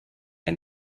ein